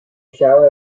shower